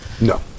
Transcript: No